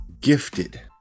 gifted